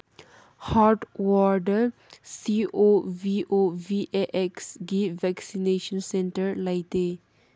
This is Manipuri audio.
ꯍꯥꯔꯠꯋꯥꯔꯗ ꯁꯤ ꯑꯣ ꯚꯤ ꯑꯣ ꯚꯤ ꯑꯦ ꯑꯦꯛꯁꯒꯤ ꯚꯦꯛꯁꯤꯅꯦꯁꯟ ꯁꯦꯟꯇꯔ ꯂꯩꯇꯦ